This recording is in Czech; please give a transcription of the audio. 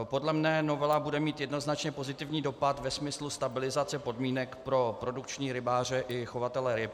Podle mne novela bude mít jednoznačně pozitivní dopad ve smyslu stabilizace podmínek pro produkční rybáře i chovatele ryb.